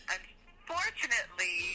Unfortunately